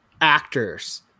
actors